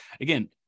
again